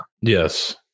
Yes